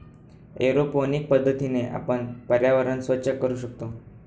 aeroponic पद्धतीने आपण पर्यावरण स्वच्छ करू शकतो